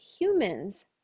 humans